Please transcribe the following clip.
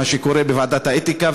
מה שקורה בוועדת האתיקה,